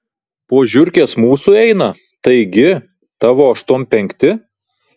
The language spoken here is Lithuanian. po žiurkės mūsų eina taigi tavo aštuom penkti